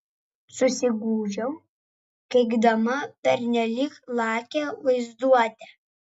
susigūžiau keikdama pernelyg lakią vaizduotę